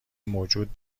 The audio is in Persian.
موجود